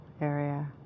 area